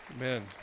Amen